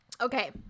Okay